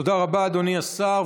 תודה רבה, אדוני השר.